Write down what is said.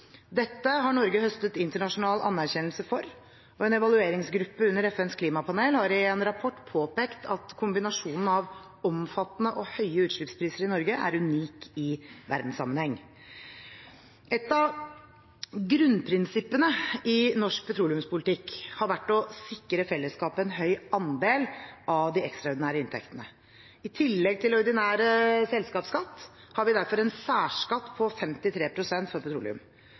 Dette har Norge høstet internasjonal anerkjennelse for, og en evalueringsgruppe under FNs klimapanel har i en rapport påpekt at kombinasjonen av omfattende og høye utslippspriser i Norge er unik i verdenssammenheng. Et av grunnprinsippene i norsk petroleumspolitikk har vært å sikre fellesskapet en høy andel av de ekstraordinære inntektene. I tillegg til ordinær selskapsskatt har vi derfor en særskatt på 53 pst. for petroleum.